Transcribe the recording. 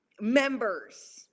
members